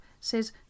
says